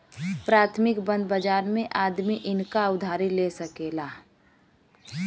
प्राथमिक बंध बाजार मे आदमी नइका उधारी ले सके